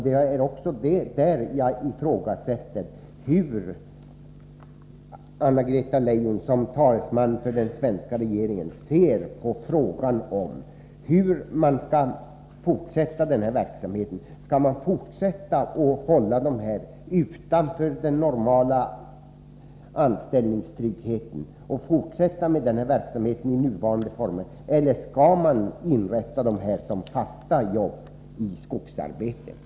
Det är också där jag undrar hur Anna-Greta Leijon som talesman för den svenska regeringen ser på hur man skall fortsätta den här verksamheten. Skall man fortsätta att hålla dessa personer utanför den normala anställningstryggheten och fortsätta med denna verksamhet under nuvarande former, eller skall man omvandla arbetena till fasta jobb inom skogsnäringen?